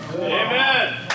Amen